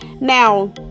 now